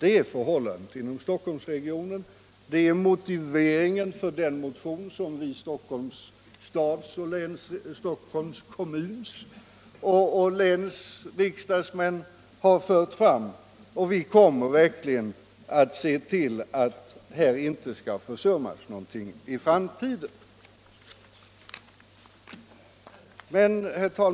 Sådant är läget inom Stockholmsregionen, och det är motiveringen för den motion som vi riksdagsmän från Stockholms kommun och Stockholms län väckt — och vi kommer att se till att det inte försummas någonting i framtiden!